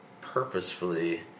purposefully